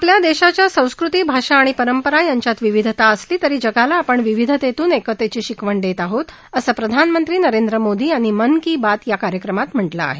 आपल्या देशाच्या संस्कृती भाषा आणि परंपरा यांच्यात विविधता असली तरी जगाला आपण विविधेतून एकतेची शिकवण देत आहोत असं प्रधानमंत्री नरेंद्र मोदी यांनी मन की बात या कार्यक्रमात म्हा कें आहे